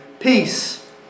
Peace